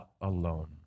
alone